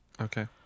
okay